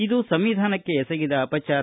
ಇದು ಸಂವಿಧಾನಕ್ಕೆ ಎಸಗಿದ ಅಪಚಾರ